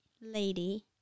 lady